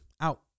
out